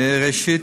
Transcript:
ראשית,